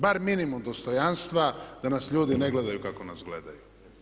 Bar minimum dostojanstva da nas ljudi ne gledaju kako nas gledaju.